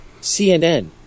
CNN